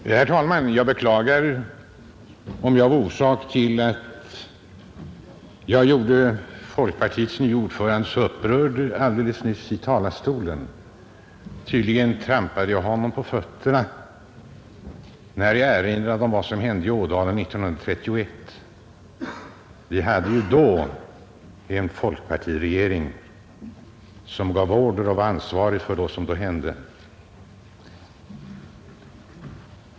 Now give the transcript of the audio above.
Herr talman! Jag beklagar om jag gjorde folkpartiets nye ordförande så upprörd alldeles nyss. Tydligen trampade jag honom på fötterna, när jag erinrade om vad som hände i Ådalen 1931. Vi hade ju då en folkpartiregering som gav order och var ansvarig för vad som då hände.